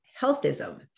healthism